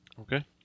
Okay